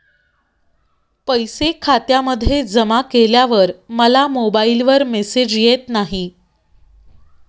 पैसे खात्यामध्ये जमा केल्यावर मला मोबाइलवर मेसेज येत नाही?